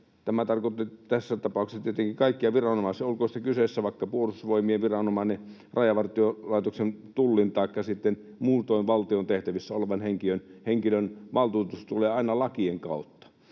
Tämä tarkoittaa tässä tapauksessa tietenkin kaikkia viranomaisia, olkoon sitten kyseessä vaikka Puolustusvoimien viranomainen, Rajavartiolaitoksen, Tullin taikka sitten muutoin valtion tehtävissä oleva henkilö — valtuutus tulee aina lakien kautta.